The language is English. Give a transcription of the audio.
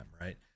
right